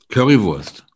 Currywurst